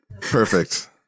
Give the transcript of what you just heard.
Perfect